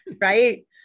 right